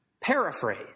Paraphrase